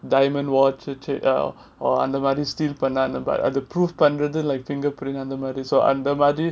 diamond watch வச்சு:vachu or அந்த மாதிரி:andha madhiri steal பண்ணா அந்த மாதிரி:panna andha madhiri proof பண்றது:panrathu like fingerprint அந்த மாதிரி:andha madhiri so அந்த மாதிரி:andha madhiri